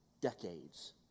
decades